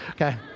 Okay